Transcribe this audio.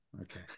Okay